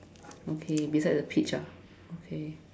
okay beside the peach ah okay